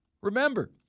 Remember